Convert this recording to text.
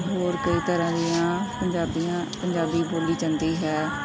ਹੋਰ ਕਈ ਤਰ੍ਹਾਂ ਦੀਆਂ ਪੰਜਾਬੀਆਂ ਪੰਜਾਬੀ ਬੋਲੀ ਜਾਂਦੀ ਹੈ